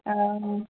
অঁ